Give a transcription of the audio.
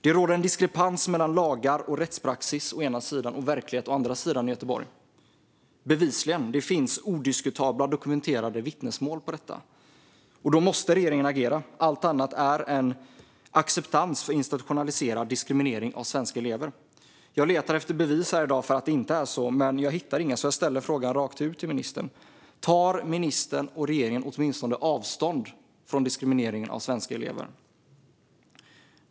Det råder en diskrepans mellan lagar och rättspraxis å ena sidan och verkligheten i Göteborg å andra sidan. Bevisligen finns det odiskutabla, dokumenterade vittnesmål om detta. Då måste regeringen agera. Allt annat är en acceptans av institutionaliserad diskriminering av svenska elever. Jag letar efter bevis här i dag för att det inte är så, men jag hittar inga. Jag ställer därför frågan rakt ut till ministern: Tar ministern och regeringen åtminstone avstånd från diskrimineringen av svenska elever?